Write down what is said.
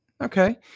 Okay